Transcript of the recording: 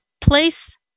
place